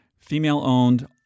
Female-owned